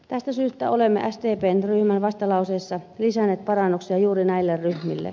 tästä syystä olemme sdpn ryhmän vastalauseessa lisänneet parannuksia juuri näille ryhmille